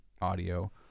audio